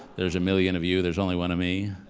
there's a million of you, there's only one of me.